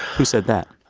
who said that?